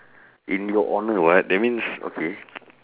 in your honour what that means okay